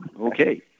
Okay